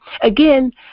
again